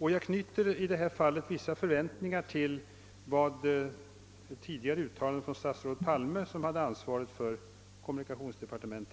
I det fallet knyter jag vissa förväntningar till ett tidigare uttalande av statsrådet Palme, som då hade ansvaret för kommunikationsdepartementet.